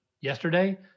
yesterday